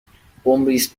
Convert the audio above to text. ﻋﻤﺮﯾﺴﺖ